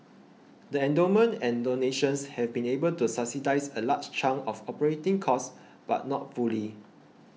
the endowments and donations have been able to subsidise a large chunk of operating costs but not fully